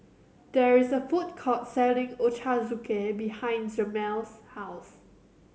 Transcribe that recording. there is a food court selling Ochazuke behind Jameel's house